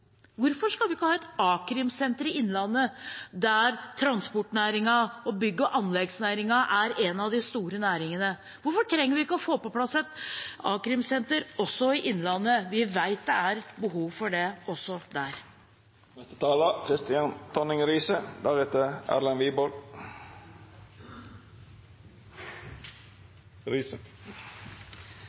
Hvorfor skal vi ikke ha et a-krimsenter i Innlandet, der transportnæringen og bygg- og anleggsnæringen er en av de store næringene? Hvorfor trenger vi ikke å få på plass et a-krimsenter også i Innlandet? Vi vet det er behov for det også